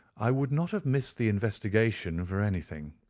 i would not have missed the investigation for anything.